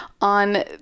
on